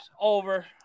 Over